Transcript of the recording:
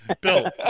Bill